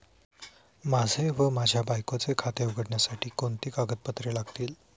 माझे व माझ्या बायकोचे खाते उघडण्यासाठी कोणती कागदपत्रे लागतील?